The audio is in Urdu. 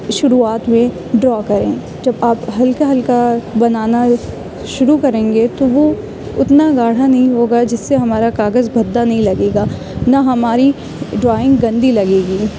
شروعات میں ڈراء کریں جب آپ ہلکا ہلکا بنانا شروع کریں گے تو وہ اتنا گاڑھا نہیں ہوگا جس سے ہمارا کاغذ بھدا نہیں لگے گا نہ ہماری ڈرائنگ گندی لگے گی